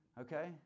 okay